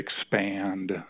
expand